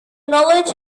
knowledge